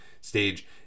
stage